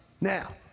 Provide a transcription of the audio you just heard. Now